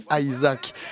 Isaac